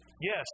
Yes